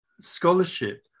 scholarship